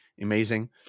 Amazing